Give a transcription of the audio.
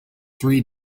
three